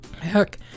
Heck